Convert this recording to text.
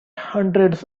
hundreds